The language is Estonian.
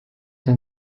see